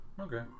Okay